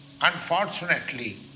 Unfortunately